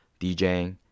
djing